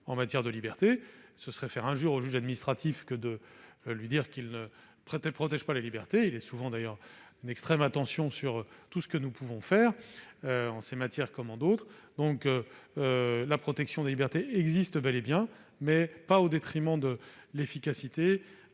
en matière de libertés. Ce serait faire injure au juge administratif que de dire qu'il ne protège pas les libertés, alors qu'il porte une extrême attention à nos actions dans ce domaine comme en d'autres. La protection des libertés existe bel et bien, mais pas au détriment de l'efficacité,